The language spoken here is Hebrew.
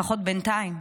לפחות בינתיים.